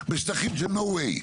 בשטחים שהם no way.